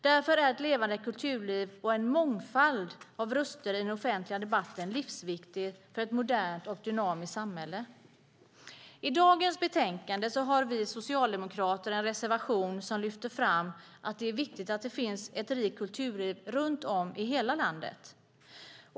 Därför är ett levande kulturliv och en mångfald av röster i den offentliga debatten livsviktigt för ett modernt och dynamiskt samhälle. I det betänkande vi nu debatterar har vi socialdemokrater en reservation där vi lyfter fram att det är viktigt att det finns ett rikt kulturliv runt om i hela landet.